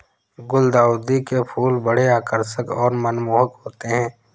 गुलदाउदी के फूल बड़े आकर्षक और मनमोहक होते हैं